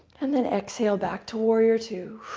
and then exhale back to warrior two.